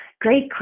Great